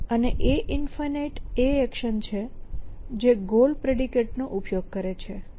અને A∞ એ એક્શન છે જે ગોલ પ્રેડિકેટ નો ઉપયોગ કરે છે